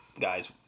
guys